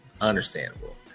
Understandable